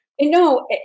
No